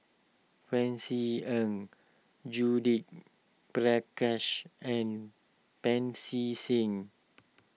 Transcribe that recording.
Francis Ng Judith Prakash and Pancy Seng